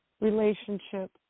relationship